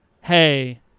hey